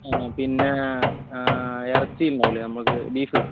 ആ പിന്നെ ഇറച്ചി ഉണ്ടാവില്ലേ നമുക്ക് ബീഫ്